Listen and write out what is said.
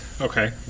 Okay